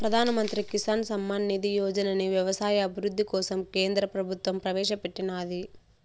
ప్రధాన్ మంత్రి కిసాన్ సమ్మాన్ నిధి యోజనని వ్యవసాయ అభివృద్ధి కోసం కేంద్ర ప్రభుత్వం ప్రవేశాపెట్టినాది